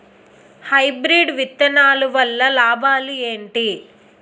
Hybrid విత్తనాలు వల్ల లాభాలు ఏంటి?